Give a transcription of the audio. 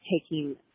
taking